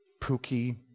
Pookie